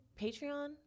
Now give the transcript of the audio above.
Patreon